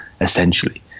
essentially